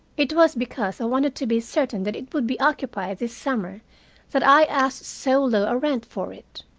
it was because i wanted to be certain that it would be occupied this summer that i asked so low a rent for it.